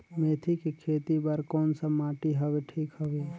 मेथी के खेती बार कोन सा माटी हवे ठीक हवे?